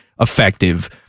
effective